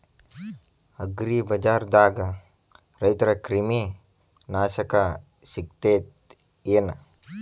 ಅಗ್ರಿಬಜಾರ್ದಾಗ ರೈತರ ಕ್ರಿಮಿ ನಾಶಕ ಸಿಗತೇತಿ ಏನ್?